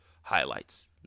highlights